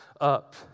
up